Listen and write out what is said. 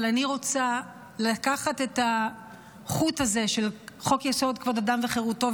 אבל אני רוצה לקחת את החוט הזה של חוק-יסוד: כבוד האדם וחירותו,